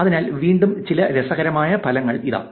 അതിനാൽ വീണ്ടും ചില രസകരമായ ഫലങ്ങൾ ഇതാ